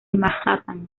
manhattan